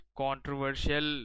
controversial